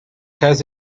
has